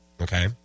okay